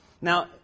Now